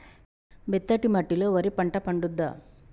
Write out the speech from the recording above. మెత్తటి మట్టిలో వరి పంట పండుద్దా?